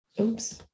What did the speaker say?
Oops